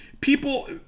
people